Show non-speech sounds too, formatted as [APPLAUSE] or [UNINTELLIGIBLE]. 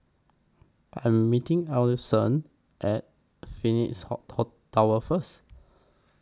I Am meeting Alphonso At Phoenix [UNINTELLIGIBLE] Tower First